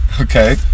Okay